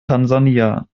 tansania